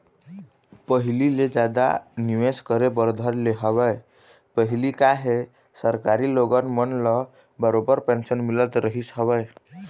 पहिली ले जादा निवेश करे बर धर ले हवय पहिली काहे सरकारी लोगन मन ल बरोबर पेंशन मिलत रहिस हवय